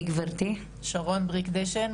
שרון בריק דשן,